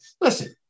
Listen